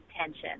tension